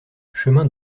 chemin